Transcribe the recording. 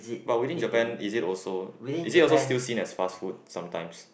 but within Japan is it also is it also still seen as fast food sometimes